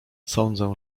sądzę